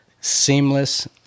seamless